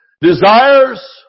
Desires